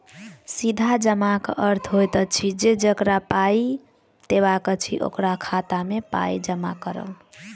सीधा जमाक अर्थ होइत अछि जे जकरा पाइ देबाक अछि, ओकरा खाता मे पाइ जमा करब